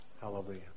Hallelujah